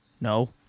No